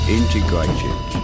integrated